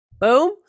Boom